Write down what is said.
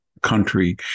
country